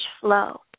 flow